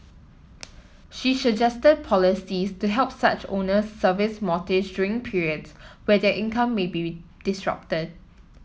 she suggested policies to help such owners service mortgage during periods where their income may be disrupted